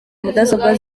mudasobwa